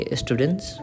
students